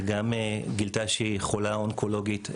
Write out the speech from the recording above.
היא גילתה שהיא חולה אונקולוגית,